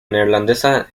neerlandesa